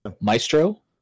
Maestro